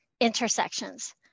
intersections